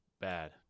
bad